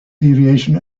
aviation